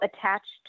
attached